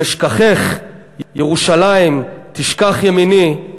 אם אשכחך ירושלים תשכח ימיני,